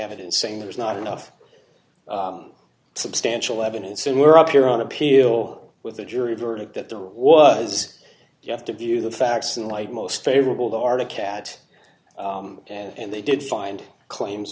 evidence saying there's not enough substantial evidence and we're up here on appeal with the jury verdict that there was you have to view the facts in light most favorable the arctic at and they did find claims